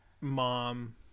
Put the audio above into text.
mom